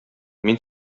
мин